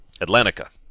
Atlantica